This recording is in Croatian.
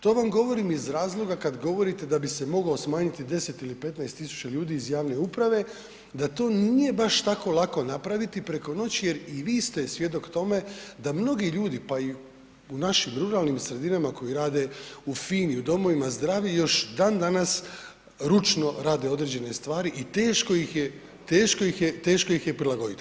To vam govorim iz razloga kad govorite da bi se mogao smanjiti 10 ili 15 000 ljudi iz javne uprave, da to nije baš tako lako napraviti preko noći jer i vi ste svjedok tome da mnogi ljudi, pa i u našim ruralnim sredinama koji rade u FINA-i, u domovima zdravlja, još dan danas ručno rade određene stvari i teško ih je prilagodit.